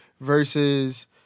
versus